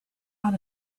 out